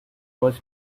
was